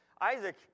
Isaac